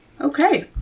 Okay